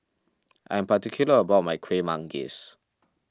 I am particular about my Kueh Manggis